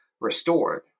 restored